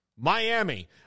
Miami